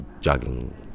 juggling